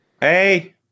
Hey